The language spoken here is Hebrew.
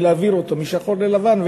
ולהעביר אותו משחור ללבן,